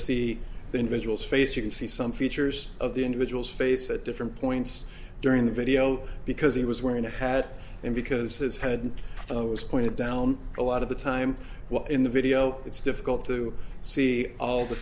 see the invisible face you can see some features of the individual's face at different points during the video because he was wearing a hat and because his head was pointed down a lot of the time in the video it's difficult to see all the